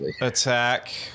attack